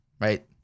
Right